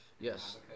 Yes